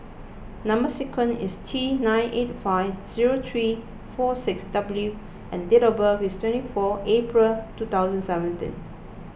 Number Sequence is T nine eight five zero three four six W and date of birth is twenty four April two thousand and seventeen